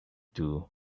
too